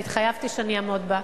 והבטחתי שאעמוד בה.